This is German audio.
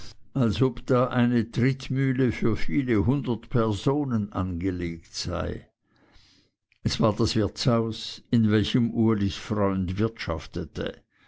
ob da eine trittmühle für viele hundert personen angelegt sei es war das wirtshaus in welchem ulis freund wirtschaftete